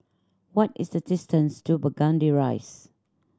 what is the distance to Burgundy Rise